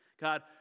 God